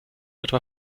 etwa